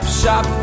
shop